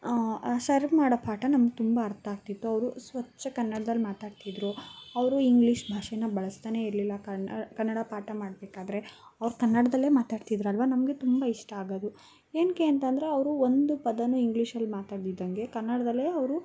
sir ಮಾಡೋ ಪಾಠ ನಮ್ಗ್ ತುಂಬಾ ಅರ್ತ ಆಗ್ತಿತ್ತು ಅವ್ರು ಸ್ವಚ್ಛ ಕನ್ನಡ್ದಲ್ ಮಾತಾಡ್ತಿದ್ರು ಅವ್ರು ಇಂಗ್ಲೀಷ್ ಭಾಷೆ ಬಳಸ್ತಾನೇ ಇರಲಿಲ್ಲ ಕನ್ನಡ ಕನ್ನಡ ಪಾಠ ಮಾಡಬೇಕಾದ್ರೆ ಅವ್ರು ಕನ್ನಡದಲ್ಲೇ ಮಾತಾಡ್ತಿದ್ರಲ್ವ ನಮಗೆ ತುಂಬ ಇಷ್ಟ ಆಗೋದು ಏನಕ್ಕೆ ಅಂತಂದರೆ ಅವರು ಒಂದು ಪದಾನು ಇಂಗ್ಲೀಷಲ್ಲಿ ಮಾತಾಡ್ದಿದ್ದಂಗೆ ಕನ್ನಡದಲ್ಲೇ ಅವರು